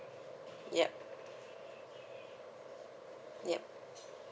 yup yup